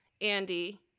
andy